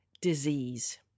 disease